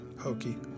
hokey